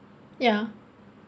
ya